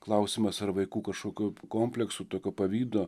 klausimas ar vaikų kažkokių kompleksų tokio pavydo